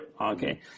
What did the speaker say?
Okay